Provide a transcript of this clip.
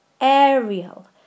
aerial